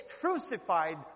crucified